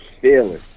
feeling